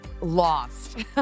lost